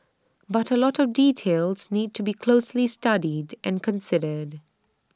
but A lot of details need to be closely studied and considered